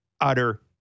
utter